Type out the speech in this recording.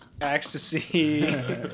ecstasy